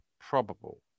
probable